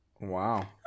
Wow